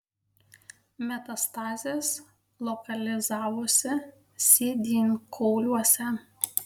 metastazės lokalizavosi sėdynkauliuose